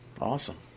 Awesome